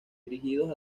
dirigidos